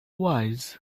wise